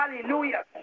Hallelujah